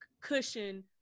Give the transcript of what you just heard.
cushion